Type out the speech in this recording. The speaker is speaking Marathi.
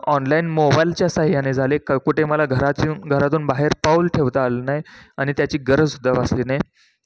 ऑनलाईन मोबाईलच्या साह्यायाने झाले क कुठे मला घरातून घरातून बाहेर पाऊल ठेवता आलं नाही आणि त्याची गरजसुद्धा भासली नाही